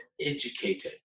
educated